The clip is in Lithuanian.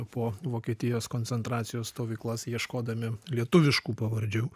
po vokietijos koncentracijos stovyklas ieškodami lietuviškų pavardžių